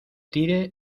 tire